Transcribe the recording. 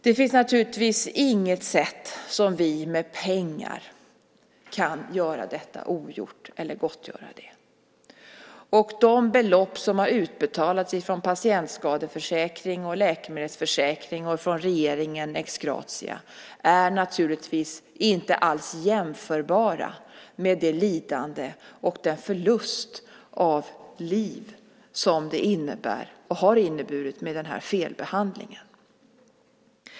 Det finns naturligtvis inget sätt att med pengar göra detta ogjort eller att gottgöra det. De belopp som har utbetalats från patientskadeförsäkring och läkemedelsförsäkring och från regeringen ex gratia är naturligtvis inte alls jämförbara med det lidande och den förlust av liv som det innebär och har inneburit med den här felbehandlingen.